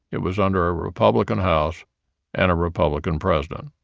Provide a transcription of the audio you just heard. it was under a republican house and a republican president